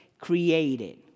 created